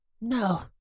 No